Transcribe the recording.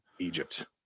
egypt